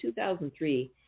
2003